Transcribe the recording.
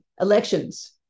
elections